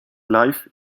life